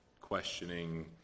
questioning